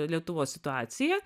lietuvos situacija